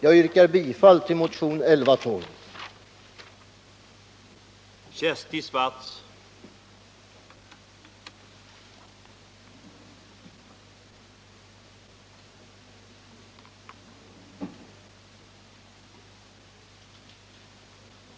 Jag ber att få yrka bifall till motionen 1112.